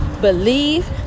Believe